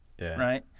right